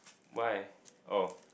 why oh